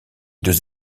deux